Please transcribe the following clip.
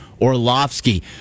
Orlovsky